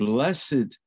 Blessed